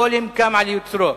הגולם קם על יוצרו.